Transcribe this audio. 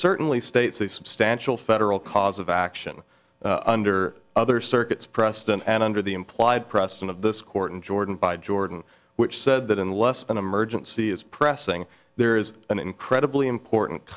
certainly states the substantial federal cause of action under other circuits preston and under the implied preston of this court and jordan by jordan which said that unless an emergency is pressing there is an incredibly important